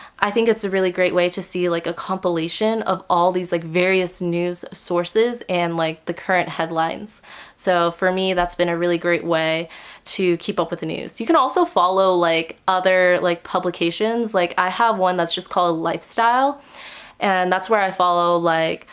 i think it's a really great way to see like a compilation of all these like various news sources and like the current headlines so for me that's been a really great way to keep up with the news. you can also follow like other like publications like i have one that's just called lifestyle and that's where i follow like,